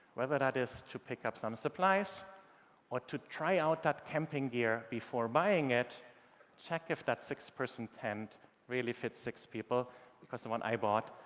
whether that is to pick up some supplies or to try out that camping gear before buying it check if that six-person tent really fits six people because the one i bought,